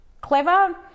clever